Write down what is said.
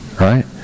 Right